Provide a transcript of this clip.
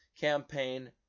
campaign